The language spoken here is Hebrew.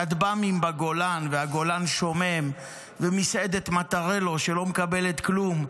כטב"מים בגולן והגולן שומם ומסעדת מטרלו שלא מקבלת כלום,